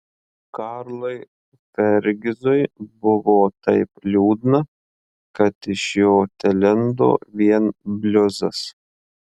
karlui fergizui buvo taip liūdna kad iš jo telindo vien bliuzas